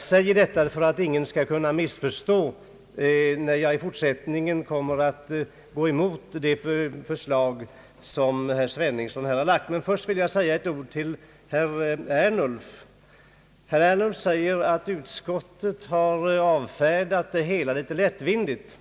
säger detta för att ingen skall kunna missförstå mig, när jag i fortsättningen kommer att gå emot det förslag som herr Sveningsson här framlagt. Jag vill först säga ett ord till herr Ernulf. Han förklarar att utskottet har avfärdat det hela litet lättvindigt.